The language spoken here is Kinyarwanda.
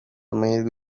amahirwe